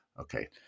Okay